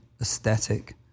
aesthetic